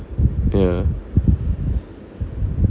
ya